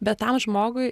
bet tam žmogui